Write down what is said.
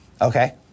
Okay